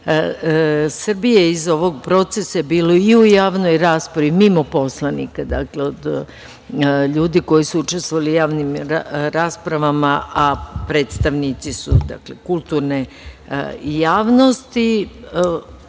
Srbije iz ovog procesa je bilo i u javnoj raspravi, mimo poslanika, dakle, od ljudi koji su učestvovali u javnim raspravama, a predstavnici su kulturne javnosti.